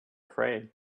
afraid